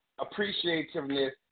appreciativeness